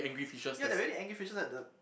ya they're really angry fishes at the